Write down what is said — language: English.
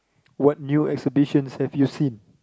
what new exhibitions have you seen